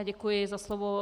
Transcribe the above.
Děkuji za slovo.